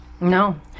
No